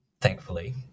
thankfully